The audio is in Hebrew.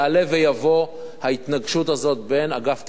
תעלה ותבוא ההתנגשות הזאת בין אגף תקציבים,